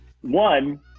One